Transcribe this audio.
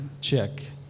check